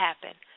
happen